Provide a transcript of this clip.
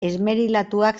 esmerilatuak